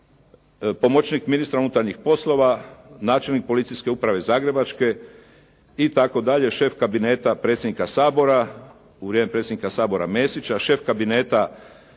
pomoćnik ministra unutarnjih poslova, načelnik Policijske uprave Zagrebačke itd., šef kabineta predsjednika Sabora u vrijeme predsjednika Sabora Mesića, šef kabineta